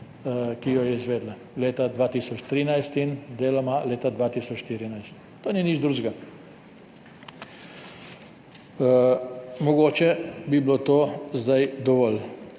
ki jo je izvedla leta 2013 in deloma leta 2014. To ni nič drugega. Mogoče bi bilo to zdaj dovolj.